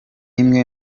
imwe